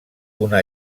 una